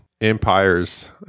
Empires